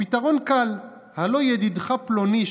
הפתרון קל: הלוא ידידך פלוני,